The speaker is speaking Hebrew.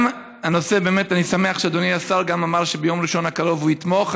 אני שמח שאדוני השר אמר שביום ראשון הקרוב הוא יתמוך.